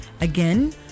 Again